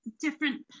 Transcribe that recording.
different